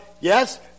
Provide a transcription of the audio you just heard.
yes